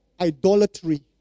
idolatry